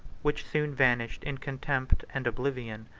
which soon vanished in contempt and oblivion.